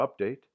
update